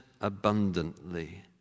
abundantly